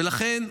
ולכן,